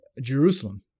Jerusalem